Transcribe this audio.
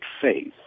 faith